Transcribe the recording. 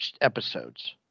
episodes